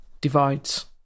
divides